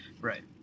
Right